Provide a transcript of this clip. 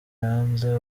yanze